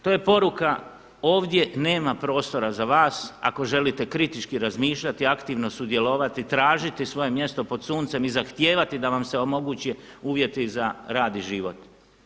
To je poruka ovdje nema prostora za vas ako želite kritički razmišljati, aktivno sudjelovati, tražiti svoje mjesto pod suncem i zahtijevati da vam se omoguće uvjeti za rad i život.